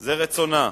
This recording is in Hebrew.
זה רצונה.